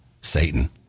Satan